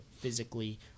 physically